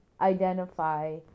identify